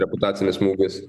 reputacinis smūgis